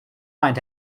mind